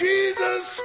Jesus